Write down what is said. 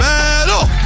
Battle